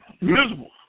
Miserable